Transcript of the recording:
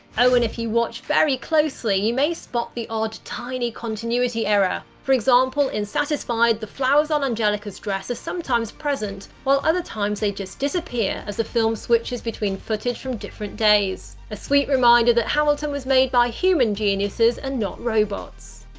oh, and if you watch very closely, you may spot the odd, tiny continuity error. for example, in satisfied the flowers on angelica's dress are sometimes present, while other times they just disappear as the film switches between footage from different days. a sweet reminder that hamilton was made by human geniuses and not robots!